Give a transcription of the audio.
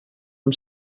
amb